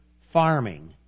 farming